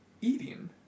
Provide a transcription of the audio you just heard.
Eating